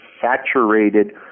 saturated